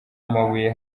amabuye